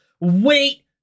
wait